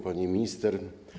Pani Minister!